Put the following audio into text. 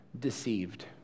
deceived